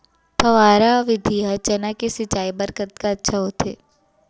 फव्वारा विधि ह चना के सिंचाई बर कतका अच्छा होथे?